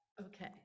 okay